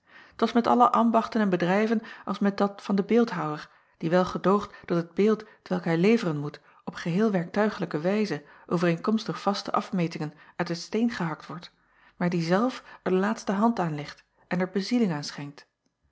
t as met alle ambachten en bedrijven als met dat van den beeldhouwer die wel gedoogt dat het beeld t welk hij leveren moet op geheel werktuiglijke wijze overeenkomstig vaste afmetingen uit het steen gehakt wordt maar die zelf er de laatste hand aan legt en er bezieling aan schenkt